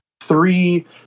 three